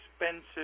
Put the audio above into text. expensive